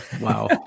wow